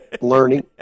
learning